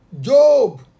Job